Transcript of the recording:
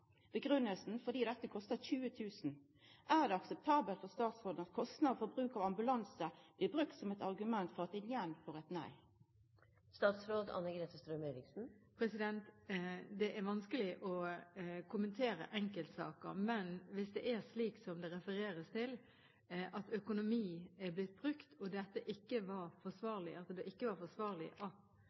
dette kosta 20 000 kr. Er det akseptabelt for statsråden at kostnader ved bruk av ambulanse blir brukte som eit argument for at dei igjen får eit nei? Det er vanskelig å kommentere enkeltsaker. Men hvis det er slik som det refereres til, at økonomi er blitt brukt og det ikke var forsvarlig at denne kvinnen skulle reise hjem fra sykehuset i første omgang, eller ikke